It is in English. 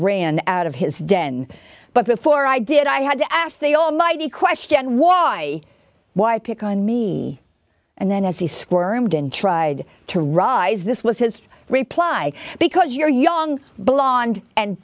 ran out of his den but before i did i had to ask the almighty question why why pick on me and then as he squirmed and tried to rise this was his reply because you're young blonde and